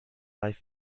light